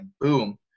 boom